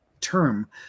term